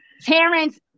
Terrence